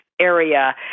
area